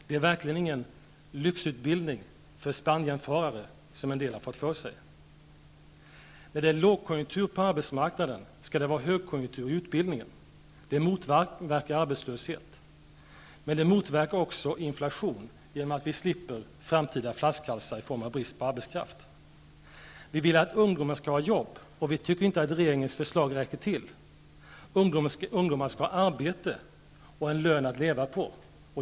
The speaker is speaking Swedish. Det är verkligen ingen lyxutbildning för Spanienfarare, som en del har fått för sig. När det är lågkonjunktur på arbetsmarknaden skall det vara högkonjunktur i utbildningen. Det motverkar arbetslöshet. Det motverkar också inflation genom att vi slipper framtida flaskhalsar i form av brist på arbetskraft. Vi vill att ungdomar skall ha jobb, och vi tycker inte att regeringens förslag räcker till. Ungdomar skall ha arbete och en lön att leva på.